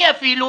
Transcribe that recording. אני אפילו